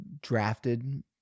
drafted